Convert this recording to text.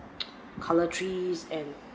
cutleries and